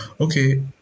okay